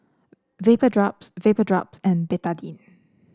Vapodrops Vapodrops and Betadine